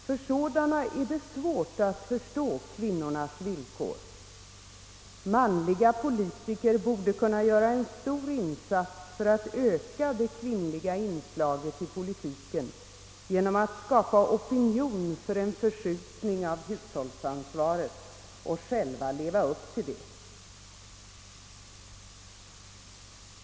För sådana är det svårt att förstå kvinnornas villkor. Manliga politiker borde kunna göra en stor insats för att öka det kvinnliga inslaget i politiken genom att skapa opinion för en förskjutning av hushållsansvaret och själva leva upp till det.